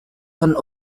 von